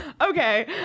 Okay